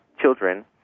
children